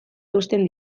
eusten